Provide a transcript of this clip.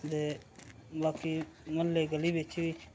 दे बाकी म्हल्ले गली बिच्च बी